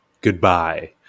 Goodbye